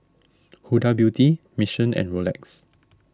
Huda Beauty Mission and Rolex